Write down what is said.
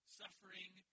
suffering